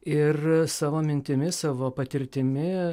ir savo mintimis savo patirtimi